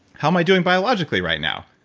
how am i doing biologically right now?